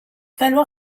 valoir